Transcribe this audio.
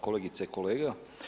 Kolegice i kolege.